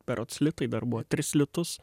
berods litai dar buvo tris litus